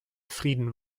frieden